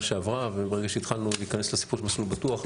שעברה וברגע שהתחלנו להיכנס לסיפור של "מסלול בטוח",